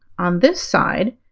on this side,